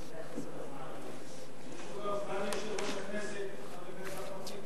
יש גם סגן יושב-ראש הכנסת, חבר הכנסת אחמד טיבי.